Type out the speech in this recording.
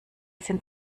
sind